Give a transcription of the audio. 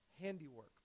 handiwork